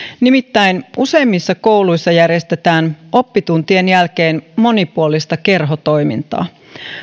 nimittäin useimmissa kouluissa järjestetään oppituntien jälkeen monipuolista kerhotoimintaa